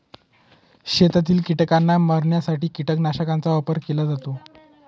शेतातील कीटकांना मारण्यासाठी कीटकनाशकांचा वापर केला जातो